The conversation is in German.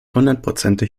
hundertprozentig